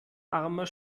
armer